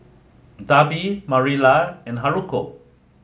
Darby Marilla and Haruko